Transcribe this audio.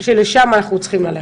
שלשם אנחנו צריכים ללכת.